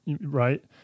right